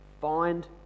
find